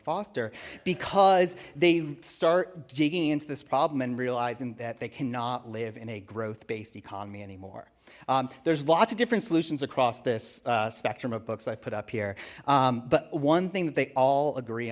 foster because they start digging into this problem and realizing that they cannot live in a growth based economy anymore there's lots of different solutions across this spectrum of books i've put up here but one thing that they all agree